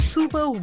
Super